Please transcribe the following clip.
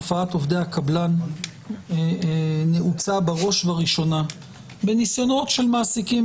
תופעת עובדי הקבלן נעוצה בראש וראשונה בניסיונות של מעסיקים,